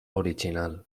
original